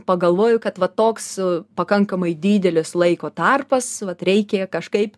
pagalvojau kad va toks pakankamai didelis laiko tarpas vat reikia kažkaip